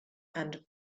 and